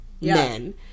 men